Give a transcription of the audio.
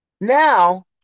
now